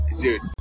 dude